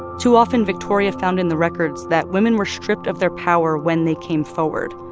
too often, victoria found in the records that women were stripped of their power when they came forward.